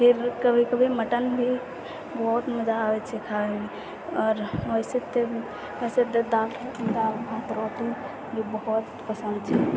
फेर कभी कभी मटन भी बहुत मजा आबै छै खाइमे आओर वइसे तऽ वइसे दालि भात रोटी ई बहुत पसन्द छै